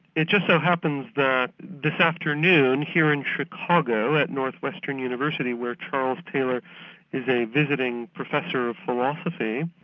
it just so happens that this afternoon, here in chicago, at northwestern university where charles taylor is a visiting professor of philosophy,